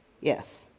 yes.